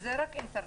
וזה רק אינטרנט,